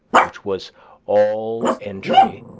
which was all entry,